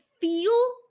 feel